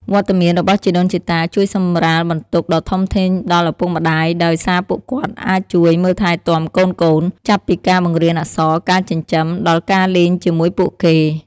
វត្តមានរបស់ជីដូនជីតាជួយសម្រាលបន្ទុកដ៏ធំធេងដល់ឪពុកម្តាយ ដោយសារពួកគាត់អាចជួយមើលថែទាំកូនៗ ចាប់ពីការបង្រៀនអក្សរ ការចិញ្ចឹម ដល់ការលេងជាមួយពួកគេ។